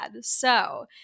So-